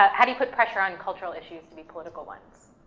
ah how do you put pressure on cultural issues to be political ones?